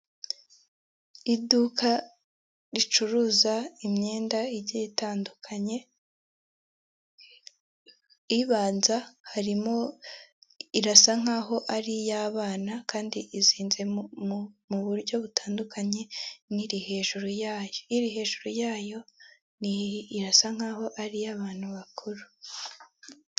Iduka ricuruza imyenda igiye itandukanye ibanza irasa nkaho ari iy'abana kandi izinze mu buryo butandukanye n'iri hejuru yayo , iri hejuru yayo irasa nkaho ari iyabantu bakuru .